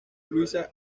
luisa